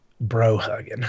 bro-hugging